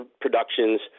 productions